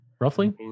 Roughly